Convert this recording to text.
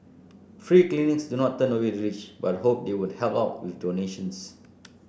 free clinics do not turn away the rich but hope they would help out with donations